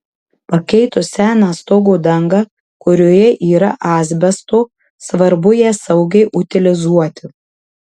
pakeitus seną stogo dangą kurioje yra asbesto svarbu ją saugiai utilizuoti